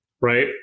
right